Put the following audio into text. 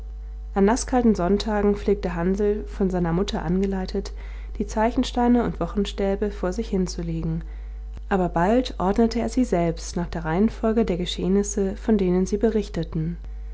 an naßkalten sonntagen pflegte hansl von seiner mutter angeleitet die zeichensteine und wochenstäbe vor sich hinzulegen aber bald ordnete er sie selbst nach der reihenfolge der geschehnisse von denen sie berichteten